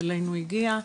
אלינו הגיעה